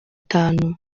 atanu